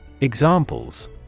Examples